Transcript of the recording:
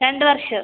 രണ്ട് വർഷം